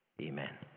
Amen